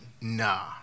nah